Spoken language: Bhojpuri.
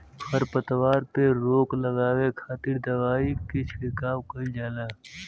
खरपतवार पे रोक लगावे खातिर दवाई के छिड़काव कईल जाला